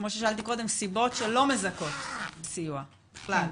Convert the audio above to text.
כמו ששאלתי קודם, סיבות שלא מזכות מסיוע בכלל?